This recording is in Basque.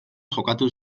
jokatu